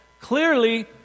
clearly